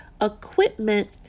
equipment